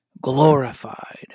glorified